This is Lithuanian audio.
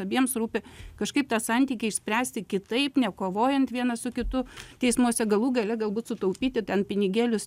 abiems rūpi kažkaip tą santykį išspręsti kitaip nekovojant vienas su kitu teismuose galų gale galbūt sutaupyti ten pinigėlius